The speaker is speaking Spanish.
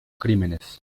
crímenes